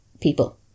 people